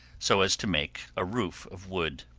so as to make a roof of wood.